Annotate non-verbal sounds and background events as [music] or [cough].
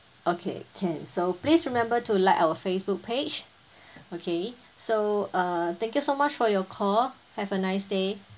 okay can so please remember to like our facebook page [breath] okay so uh thank you so much for your call have a nice day